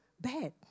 bad